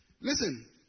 Listen